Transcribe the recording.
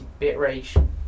bitrate